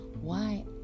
Why